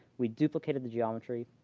we duplicated the geometry,